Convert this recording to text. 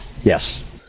Yes